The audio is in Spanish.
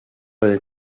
del